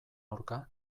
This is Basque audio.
aurka